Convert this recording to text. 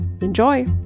Enjoy